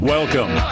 Welcome